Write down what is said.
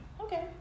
Okay